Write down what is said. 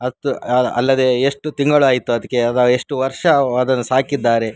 ಅತ್ತು ಅಲ್ಲದೆ ಎಷ್ಟು ತಿಂಗಳಾಯಿತು ಅದಕ್ಕೆ ಅದು ಎಷ್ಟು ವರ್ಷ ವ ಅದನ್ನು ಸಾಕಿದ್ದಾರೆ